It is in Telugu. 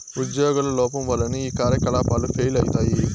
ఉజ్యోగుల లోపం వల్లనే ఈ కార్యకలాపాలు ఫెయిల్ అయితయి